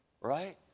right